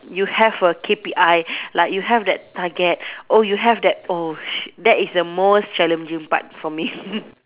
you have a K_P_I like you have that target oh you have that oh shit that is the most challenging part for me